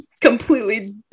completely